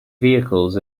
vehicles